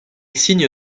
signe